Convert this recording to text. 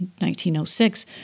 1906